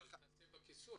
אבל בקיצור.